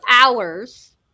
hours